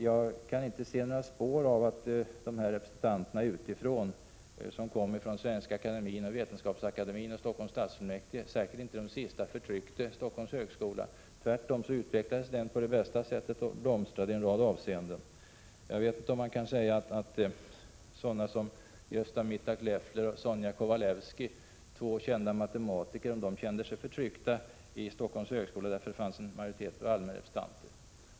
Jag kan inte se några spår av att de representanter som kom utifrån, från Svenska akademien, vetenskapsakademien och Stockholms stadsfullmäktige — särskilt inte de sista — förtryckte Stockholms högskola. Tvärtom utvecklades den på bästa sätt och blomstrade i en rad avseenden. Jag vet inte om man kan säga att sådana som Gösta Mittag-Leffler och Sonia Kowalewski, två kända matematiker, kände sig förtryckta av Stockholms högskola, därför att det fanns en majoritet av allmänrepresentanter.